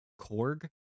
Korg